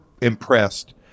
impressed